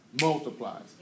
multiplies